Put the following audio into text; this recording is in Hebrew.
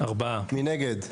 מי נגד?